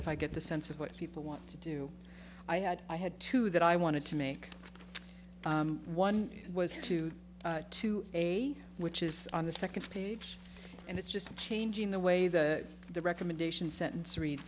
if i get the sense of what people want to do i had i had two that i wanted to make one was two two a which is on the second page and it's just changing the way the the recommendation sentence read